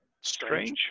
Strange